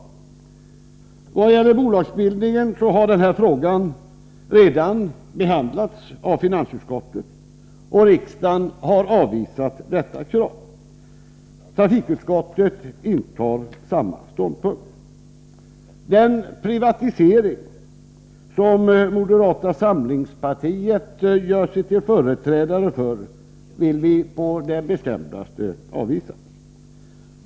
Vad gäller bolagsbildningen har denna fråga redan behandlats av finansutskottet, och riksdagen har avvisat detta krav. Trafikutskottet intar samma ståndpunkt. Den privatisering som moderata samlingspartiet gör sig till företrädare för vill vi på det bestämdaste avvisa.